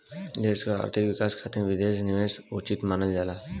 देश क आर्थिक विकास खातिर विदेशी निवेश उचित मानल जाला